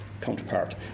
counterpart